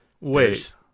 Wait